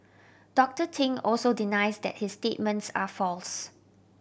Doctor Ting also denies that his statements are false